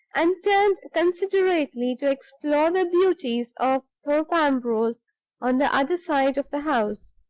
and turned considerately to explore the beauties of thorpe ambrose on the other side of the house.